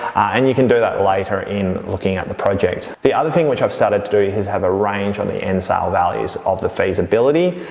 and you can do that later in looking at the project. the other thing which i've started to do is have a range on the end sale values of the feasibility,